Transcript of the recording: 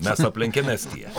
mes aplenkėm estiją